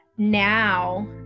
now